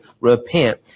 repent